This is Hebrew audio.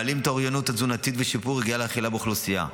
מעלים את האוריינות התזונתית ושיפור הרגלי האכילה באוכלוסייה,